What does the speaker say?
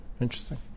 Interesting